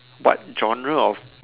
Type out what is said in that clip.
what genre of